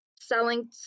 selling